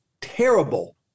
terrible